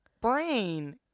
brain